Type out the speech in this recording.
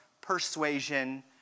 persuasion